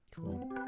Cool